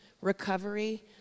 recovery